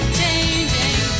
changing